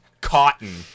cotton